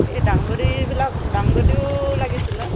এই দাংবডীবিলাক দাংবডীও লাগিছিলে